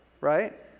right